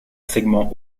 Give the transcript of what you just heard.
segments